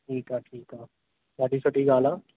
ठीकु आहे ठीकु आहे ॾाढी सुठी ॻाल्हि आहे